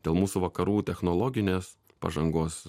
dėl mūsų vakarų technologinės pažangos